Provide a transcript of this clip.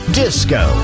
disco